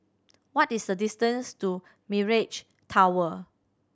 what is the distance to Mirage Tower